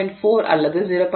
4 அல்லது 0